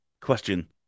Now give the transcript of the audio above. question